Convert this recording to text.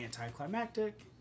anticlimactic